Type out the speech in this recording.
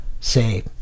say